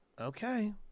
Okay